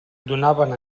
donaven